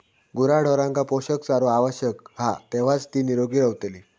गुराढोरांका पोषक चारो आवश्यक हा तेव्हाच ती निरोगी रवतली